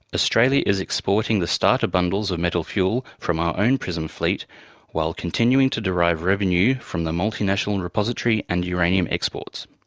australia is exporting the starter bundles of metal fuel from our own prism fleet while continuing to derive revenue from the multi-national and repository and uranium exports.